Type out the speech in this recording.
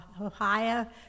Ohio